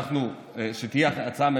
שתהיה הצעה ממשלתית.